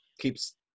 keeps